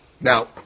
Now